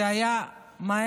זה היה מהר.